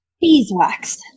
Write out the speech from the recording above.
Beeswax